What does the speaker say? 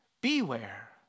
Beware